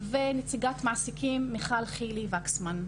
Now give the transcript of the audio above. ונציגת מעסיקים מיכל חילי וקסמן.